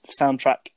Soundtrack